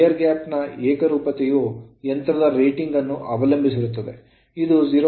air gap ನ ಏಕರೂಪತೆಯು ಯಂತ್ರದ ರೇಟಿಂಗ್ ಅನ್ನು ಅವಲಂಬಿಸಿರುತ್ತದೆ ಇದು 0